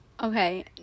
Okay